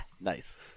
Nice